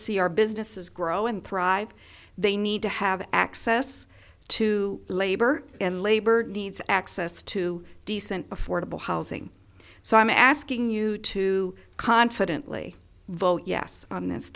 see our businesses grow and thrive they need to have access to labor and labor needs access to decent affordable housing so i'm asking you to confidently vote yes on